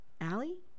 Allie